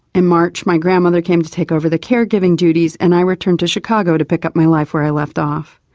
in march my grandmother came to take over the care-giving duties and i returned to chicago to pick up my life where i left off.